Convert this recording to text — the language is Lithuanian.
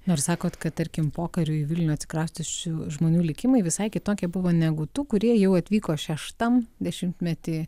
nors sakot kad tarkim pokariu į vilnių atsikrausčiusių žmonių likimai visai kitokie buvo negu tų kurie jau atvyko šeštam dešimtmety